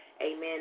amen